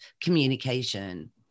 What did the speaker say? communication